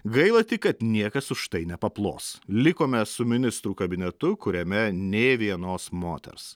gaila tik kad niekas už tai nepaplos likome su ministrų kabinetu kuriame nei vienos moters